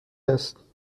است